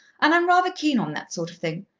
and i'm rather keen on that sort of thing.